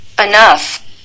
enough